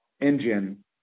engine